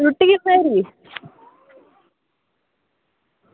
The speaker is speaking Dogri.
रुट्टी खाई ओड़ी